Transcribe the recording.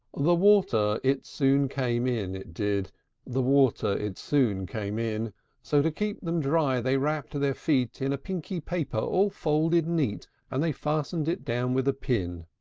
the water it soon came in, it did the water it soon came in so, to keep them dry, they wrapped their feet in a pinky paper all folded neat and they fastened it down with a pin.